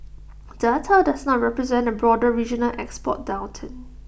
data does not represent A broader regional export downturn